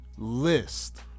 List